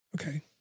okay